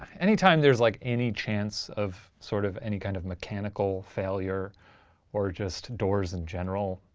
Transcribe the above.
anytime there's like any chance of sort of any kind of mechanical failure or just doors in general,